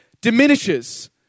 diminishes